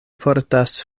portas